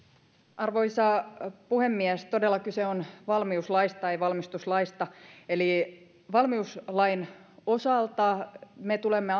arvoisa puhemies todella kyse on valmiuslaista ei valmistuslaista valmiuslain osalta me tulemme